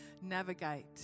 navigate